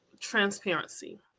transparency